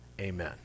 amen